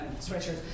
sweatshirts